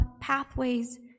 pathways